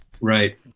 right